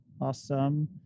awesome